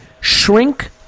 shrink